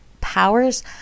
powers